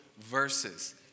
verses